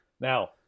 Now